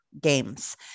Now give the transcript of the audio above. games